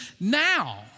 now